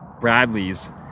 Bradley's